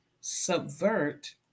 subvert